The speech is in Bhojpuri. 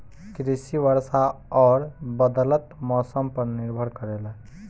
कृषि वर्षा और बदलत मौसम पर निर्भर करेला